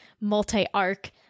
multi-arc